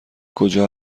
کجا